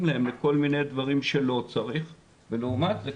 להם לכל מיני דברים שלא צריך ולעומת זה,